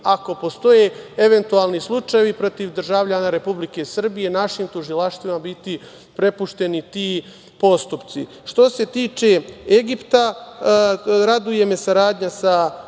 ako postoje eventualni slučajevi protiv državljana Republike Srbije, našim tužilaštvima biti prepušteni ti postupci. Što se tiče Egipta, raduje me saradnja sa